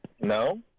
No